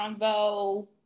convo